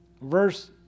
Verse